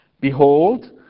Behold